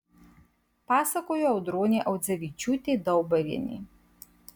pasakojo audronė audzevičiūtė daubarienė